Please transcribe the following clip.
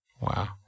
Wow